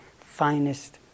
finest